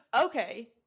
okay